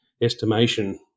Estimation